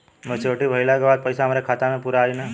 Maturity भईला के बाद पईसा हमरे खाता म पूरा आई न?